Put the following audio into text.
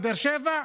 בבאר שבע,